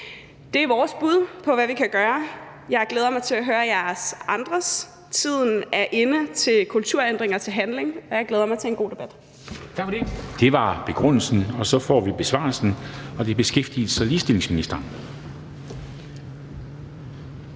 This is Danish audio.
Det er vores bud på, hvad vi kan gøre. Jeg glæder mig til at høre jeres. Tiden er inde til kulturændringer og til handling. Jeg glæder mig til en god debat. Kl. 10:05 Formanden (Henrik Dam Kristensen): Tak for det. Det var begrundelsen, og så får vi besvarelsen, og det er beskæftigelses- og ligestillingsministeren.